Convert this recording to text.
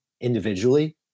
individually